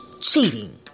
cheating